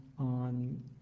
on